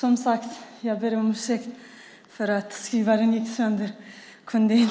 Herr talman!